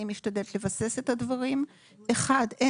אני משתדלת לבסס את הדברים.